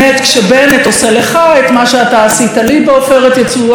כשבנט עושה לך את מה שאתה עשית לי בעופרת יצוקה,